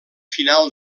final